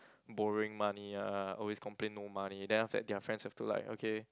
borrowing money ah always complain no money then after that their friends have to like okay